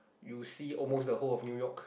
you see almost the whole of new-york